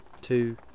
Two